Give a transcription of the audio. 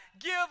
give